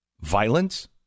violence